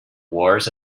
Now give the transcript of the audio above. wars